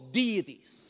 deities